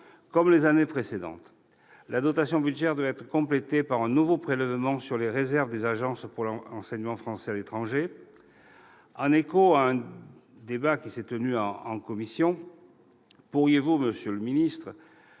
comme les années précédentes, la dotation budgétaire devrait être complétée par un nouveau prélèvement sur les réserves de l'Agence pour l'enseignement français à l'étranger, l'AEFE. En écho à un débat qui s'est tenu en commission, pourriez-vous nous assurer, monsieur le ministre,